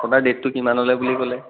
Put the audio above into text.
আপোনাৰ ডেটটো কিমানলৈ বুলি ক'লে